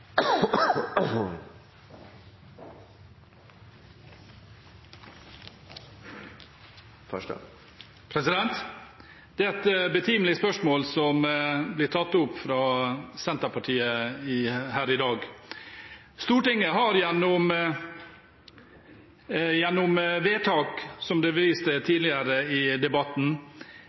et betimelig spørsmål som blir tatt opp av Senterpartiet her i dag. Stortinget har gjennom vedtak, som det ble vist til tidligere,